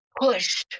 Push